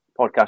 podcast